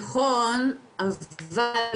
בבקשה.